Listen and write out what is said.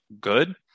good